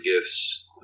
gifts